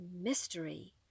mystery